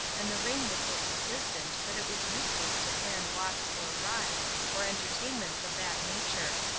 and the rain was so persistent that it was useless to plan walks or rides, or entertainments of that nature.